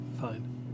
fine